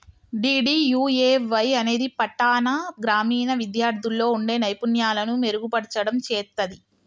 DDUAY అనేది పట్టాణ, గ్రామీణ విద్యార్థుల్లో వుండే నైపుణ్యాలను మెరుగుపర్చడం చేత్తది